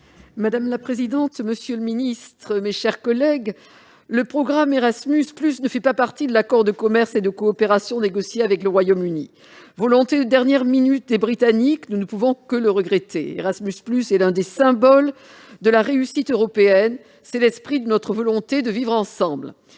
Mme Colette Mélot. Monsieur le secrétaire d'État, le programme Erasmus+ ne fait pas partie de l'accord de commerce et de coopération négocié avec le Royaume-Uni. Cette volonté de dernière minute des Britanniques, nous ne pouvons que la regretter. Erasmus est l'un des symboles de la réussite européenne, c'est l'esprit de notre volonté de vivre ensemble.